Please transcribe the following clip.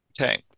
Okay